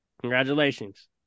congratulations